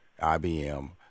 IBM